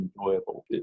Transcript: enjoyable